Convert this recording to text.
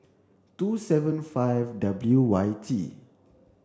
two seven five W Y T